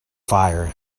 fire